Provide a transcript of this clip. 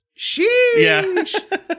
sheesh